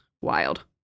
wild